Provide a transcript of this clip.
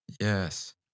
Yes